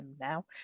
now